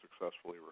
successfully